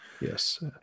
Yes